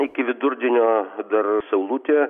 iki vidurdienio dar saulutė